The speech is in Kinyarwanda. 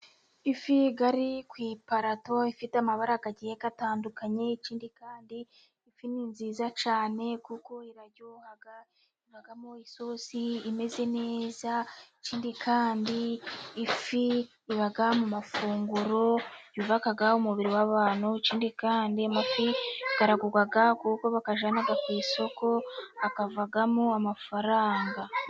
Ifi iri ku iparato ifite amabara agiye atandukanye ,ikindi kandi ifi ni nziza cyane kuko iraryoha, ivamo isosi imeze neza, ikindi kandi ifi iba mu mafunguro yubaka umubiri w'abantu, ikindi kandi amafi aragurwa kuko bayajyana ku isoko akavamo amafaranga.